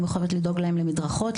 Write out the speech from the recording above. אני מחויבת לדאוג להם למדרכות,